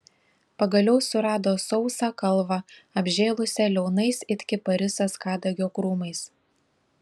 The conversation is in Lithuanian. pagaliau surado sausą kalvą apžėlusią liaunais it kiparisas kadagio krūmais